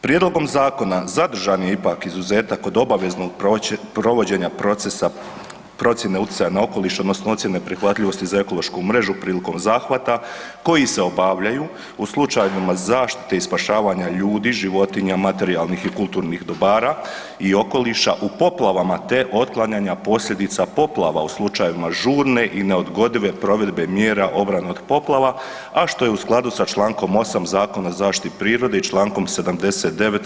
Prijedlogom zakona zadržan je ipak izuzetak od obaveznog provođenja procesa procjene utjecaja na okoliš odnosno ocjene prihvatljivosti za ekološku mrežu prilikom zahvata koji se obavljaju u slučajevima zaštite i spašavanja ljudi, životinja, materijalnih i kulturnih dobara i okoliša u poplavama, te otklanjanja posljedica poplava u slučajevima žurne i neodgodive provedbe mjera obrane od poplava, a što je u skladu sa čl. 8. Zakona o zaštiti prirode i čl. 79.